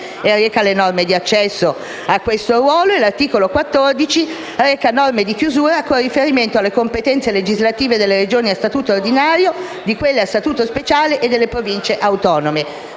e reca le norme di accesso a tale ruolo. L'articolo 14 reca norme di chiusura con riferimento alle competenze legislative delle Regioni a statuto ordinario, di quelle a statuto speciale e delle Province autonome.